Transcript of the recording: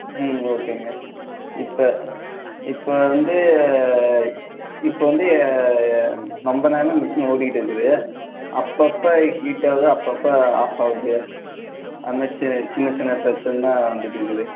ம் ஓகேங்க இப்போ இப்போ வந்து இப்போ வந்து ரொம்ப நேரமாக மிஷின் ஓடிகிட்டுருக்குது அப்பப்போ ஹீட் ஆகுது அப்பப்போ ஆஃப் ஆகுது அது மாதிரி செ சின்னச் சின்ன பிரச்சனை தான் வந்துகிட்டுருக்குது